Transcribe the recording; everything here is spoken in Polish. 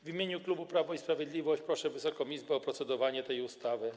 W imieniu klubu Prawo i Sprawiedliwość proszę Wysoką Izbę o procedowanie nad tą ustawą.